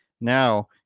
Now